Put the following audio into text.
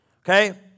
Okay